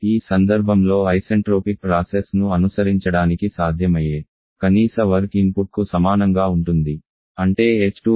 ఈ సందర్భంలో isentropic process ను అనుసరించడానికి సాధ్యమయ్యే కనీస వర్క్ ఇన్పుట్కు సమానంగా ఉంటుంది